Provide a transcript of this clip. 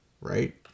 Right